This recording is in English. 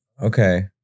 Okay